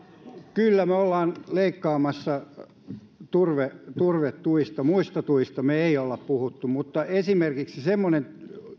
kyllä me olemme leikkaamassa turvetuista turvetuista muista tuista me emme ole puhuneet mutta esimerkiksi semmoinen